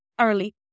early